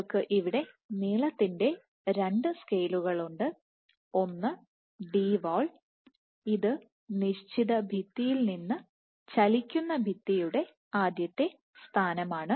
നിങ്ങൾക്ക് ഇവിടെ നീളത്തിൻറെ രണ്ട് സ്കെയിലുകളുണ്ട് ഒന്ന് Dwall ഇത് നിശ്ചിത ഭിത്തിയിൽ നിന്ന് ചലിക്കുന്ന ഭിത്തിയുടെ ആദ്യത്തെ സ്ഥാനമാണ്